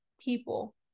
people